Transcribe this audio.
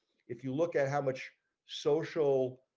if you look at how much social